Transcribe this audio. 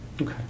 Okay